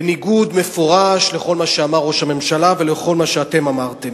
בניגוד מפורש לכל מה שאמר ראש הממשלה ולכל מה שאתם אמרתם.